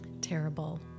terrible